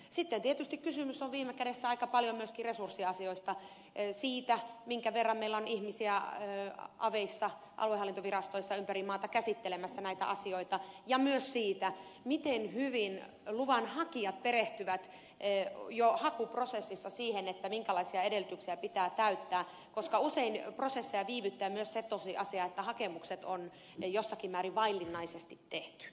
sitten tietysti kysymys on viime kädessä aika paljon myöskin resurssiasioista siitä minkä verran meillä on ihmisiä aveissa aluehallintovirastoissa ympäri maata käsittelemässä näitä asioita ja myös siitä miten hyvin luvanhakijat perehtyvät jo hakuprosessissa siihen minkälaisia edellytyksiä pitää täyttää koska usein prosesseja viivyttää myös se tosiasia että hakemukset on jossakin määrin vaillinaisesti tehty